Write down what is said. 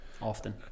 often